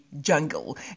jungle